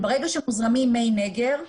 ברגע שמוזרמים מי נגר,